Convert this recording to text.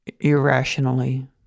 irrationally